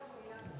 באמת,